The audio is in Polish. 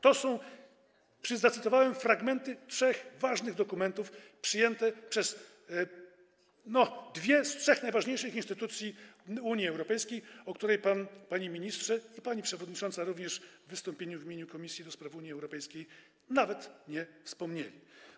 To są fragmenty - cytowałem je - trzech ważnych dokumentów przyjęte przez dwie z trzech najważniejszych instytucji Unii Europejskiej, o której pan, panie ministrze, i pani przewodnicząca również w swoich wystąpieniach w imieniu Komisji do Spraw Unii Europejskiej nawet nie wspomnieliście.